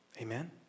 Amen